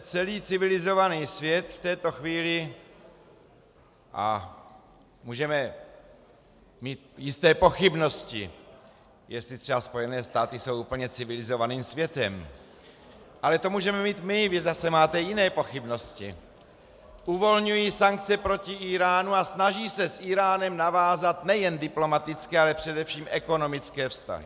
Celý civilizovaný svět v této chvíli, a můžeme mít jisté pochybnosti, jestli třeba Spojené státy jsou úplně civilizovaným světem, ale to můžeme mít my, vy zase máte jiné pochybnosti, uvolňují sankce proti Íránu a snaží se s Íránem navázat nejen diplomatické, ale především ekonomické vztahy.